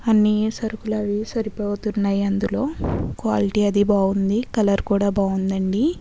అన్ని సరుకులు అవి సరిపోతున్నాయి అందులో క్వాలిటీ అది బాగుంది కలర్ కూడా బాగుందండి